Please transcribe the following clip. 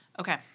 Okay